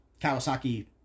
Kawasaki